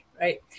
Right